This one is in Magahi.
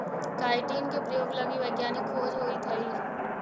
काईटिन के प्रयोग लगी वैज्ञानिक खोज होइत हई